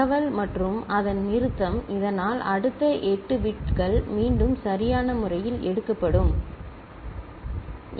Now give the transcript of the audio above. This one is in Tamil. தகவல் மற்றும் அதன் நிறுத்தம் இதனால் அடுத்த 8 பிட்கள் மீண்டும் சரியான முறையில் எடுக்கப்படும் சரி